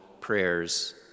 prayers